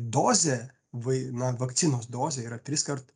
dozė vai na vakcinos dozė yra triskart